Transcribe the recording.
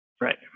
Right